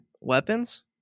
weapons